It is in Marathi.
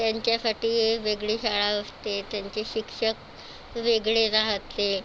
त्यांच्यासाठी वेगळी शाळा असते त्यांचे शिक्षक वेगळे राहते